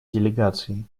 делегации